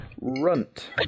Runt